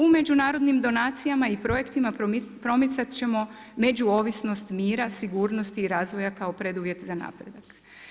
U međunarodnim donacijama i projektima promicati ćemo međuovisnost mira, sigurnosti i razvoja kao preduvjet za napredak.